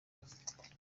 bafite